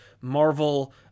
Marvel